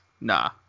Nah